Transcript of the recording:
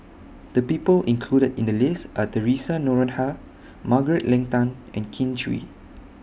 The People included in The list Are Theresa Noronha Margaret Leng Tan and Kin Chui